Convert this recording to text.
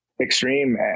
extreme